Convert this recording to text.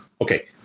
okay